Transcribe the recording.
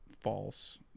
false